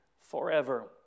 forever